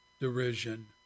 derision